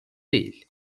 değil